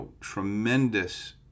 tremendous